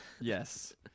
Yes